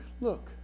look